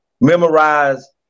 memorize